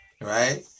right